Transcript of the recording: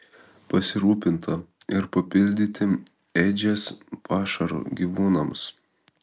pasirūpinta ir papildyti ėdžias pašaru gyvūnams